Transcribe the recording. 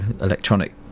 electronic